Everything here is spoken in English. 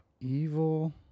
Evil